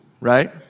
right